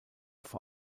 vor